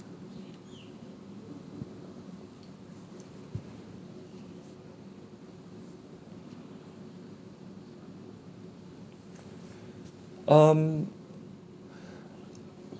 um